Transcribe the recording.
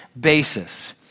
basis